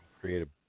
create